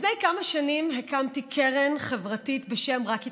לפני כמה שנים הקמתי קרן חברתית בשם "רק התחלנו",